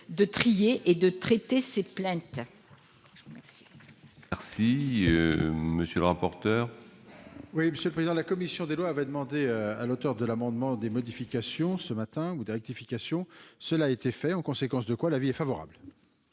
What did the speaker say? de trier et de traiter ces plaintes.